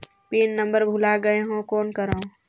Pin number भुला गयें हो कौन करव?